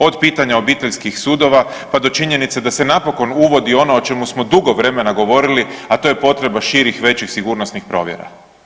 Od pitanja obiteljskih sudova pa do činjenice da se napokon uvodi ono o čemu smo dugo vremena govorili, a to je potreba širih, većih sigurnosnih provjera.